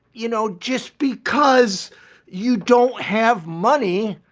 you know, just because you don't have money,